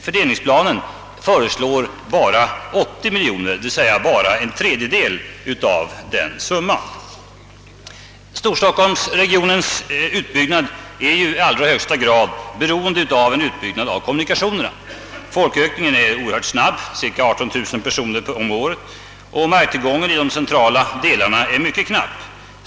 Fördelningsplanen föreslår emellertid bara 80 miljoner kronor, d. v. s. inte mer än en tredjedel av denna summa. Storstockholmsregionens utbyggnad är i allra högsta grad beroende av en utbyggnad av kommunikationerna. Folkökningen är oerhört snabb — cirka 18 000 personer om året — och marktillgången i de centrala delarna mycket knapp.